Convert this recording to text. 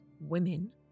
women